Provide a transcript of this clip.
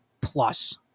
plus